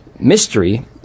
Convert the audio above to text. Mystery